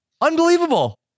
Unbelievable